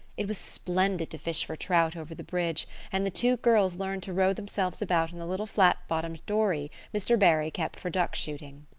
it was splendid to fish for trout over the bridge and the two girls learned to row themselves about in the little flat-bottomed dory mr. barry kept for duck shooting.